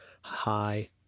Hi